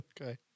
Okay